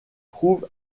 trouve